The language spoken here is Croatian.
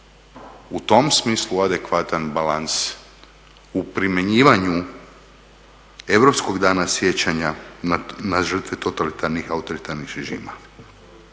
u tom smislu adekvatan balans u primjenjivanju Europskog dana sjećanja na žrtva totalitarnih i autoritarnih režima,